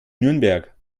nürnberg